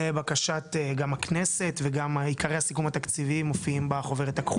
זה לבקשת גם הכנסת וגם עקרי הסיכום התקציבים מופיעים בחוברת הכחולה.